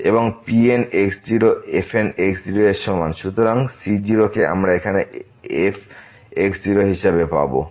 এবং Pn fn এর সমান সুতরাং c0 কে আমরা এখানে f হিসাবে পাবো